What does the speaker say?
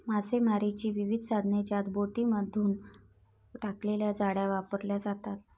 मासेमारीची विविध साधने ज्यात बोटींमधून टाकलेल्या जाळ्या वापरल्या जातात